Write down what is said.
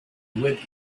with